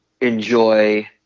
enjoy